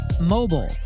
Mobile